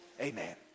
amen